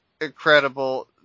incredible